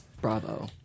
Bravo